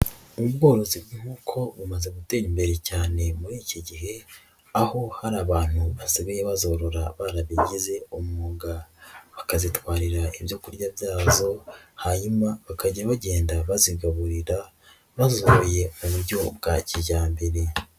Ubworo bw'inkoko bumaze gutera imbere cyane muri iki gihe aho hari abantu basigaye bazorora barabigize umwuga, bakazitwarira ibyo kurya byazo hanyuma bakajya bagenda bazigaburira baziroye mu buryo bwa kijyambere.